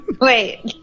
Wait